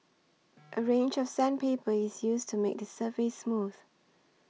a range of sandpaper is used to make the surface smooth